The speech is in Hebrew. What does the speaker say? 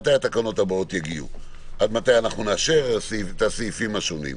מתי התקנות הבאות יגיעו ועד מתי נאשר את הסעיפים השונים.